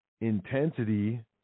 intensity